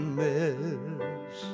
miss